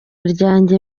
ryanjye